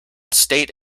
state